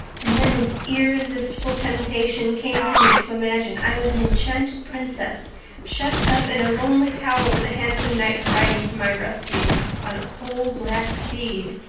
and then an irresistible temptation came to me to imagine i was an enchanted princess shut up in a lonely tower with a handsome knight riding to my rescue on a coal-black steed.